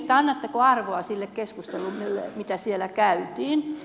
annatteko arvoa keskustelulle jota siellä käytiin